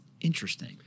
Interesting